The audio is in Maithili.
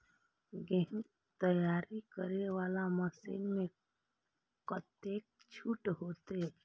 गेहूं तैयारी करे वाला मशीन में कतेक छूट होते?